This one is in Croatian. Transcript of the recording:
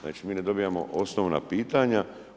Znači, mi ne dobijamo osnovna pitanja.